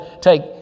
take